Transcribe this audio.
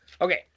Okay